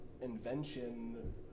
invention